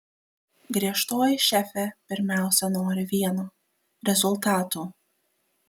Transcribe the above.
griežtoji šefė pirmiausia nori vieno rezultatų